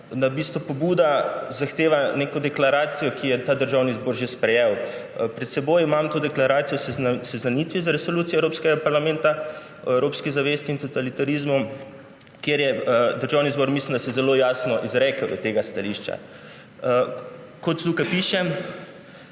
pobuda zahteva neko deklaracijo, ki jo je Državni zbor že sprejel. Pred seboj imam Deklaracijo o seznanitvi z Resolucijo Evropskega parlamenta o evropski zavesti in totalitarizmu, kjer se je Državni zbor, mislim, da zelo jasno izrekel do tega stališča. Kot tukaj piše,